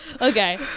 okay